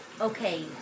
okay